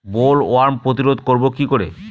Bollworm প্রতিরোধ করব কি করে?